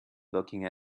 looking